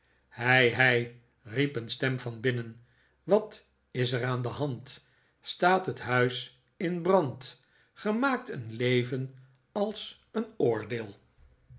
hei riep een stem van binnen wat is er aan de hand staat het huis in brand ge maakt een leven als een oordeel